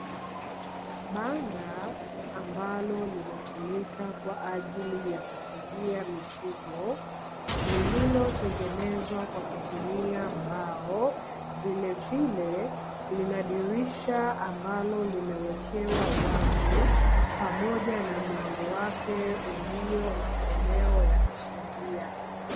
Banda ambalo linatumika kwa ajili ya kufugia mifugo, lililotengenezwa kwa kutumia mbao vilevile lina dirisha ambalo limewekewa wavu pamoja na mlango wake ulio na komeo la kufungia.